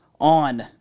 on